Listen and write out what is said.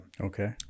Okay